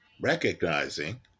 recognizing